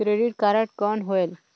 Credit card कौन होएल?